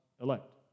elect